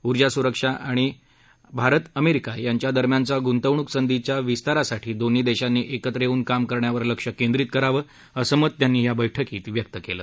उर्जा स्रक्षा आणि भारत अमेरिका यांच्या दरम्यानच्या गृंतवणुक संधींच्या विस्तारासाठी दोन्ही देशांनी एकत्र येऊन काम करण्यावर लक्ष केंद्रीत करावं असं मत त्यांनी या बैठकीत व्यक्त केलं